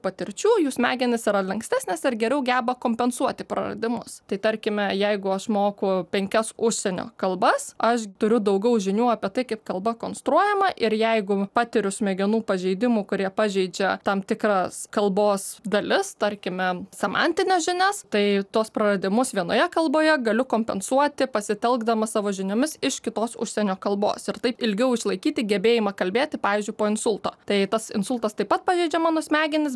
patirčių jų smegenys yra lankstesnės ar geriau geba kompensuoti praradimus tai tarkime jeigu aš moku penkias užsienio kalbas aš turiu daugiau žinių apie tai kaip kalba konstruojama ir jeigu patiriu smegenų pažeidimų kurie pažeidžia tam tikras kalbos dalis tarkime semantines žinias tai tuos praradimus vienoje kalboje galiu kompensuoti pasitelkdamas savo žiniomis iš kitos užsienio kalbos ir taip ilgiau išlaikyti gebėjimą kalbėti pavyzdžiui po insulto tai tas insultas taip pat pažeidžia mano smegenis